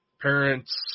Parents